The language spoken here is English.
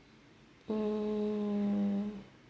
mm